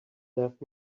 left